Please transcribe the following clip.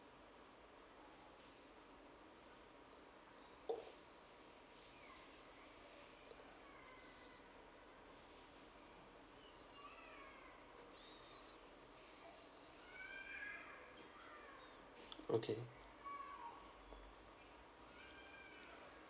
okay